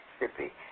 Mississippi